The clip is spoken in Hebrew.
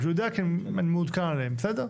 אני פשוט יודע כי אני מעודכן עליהן, בסדר?